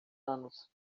anos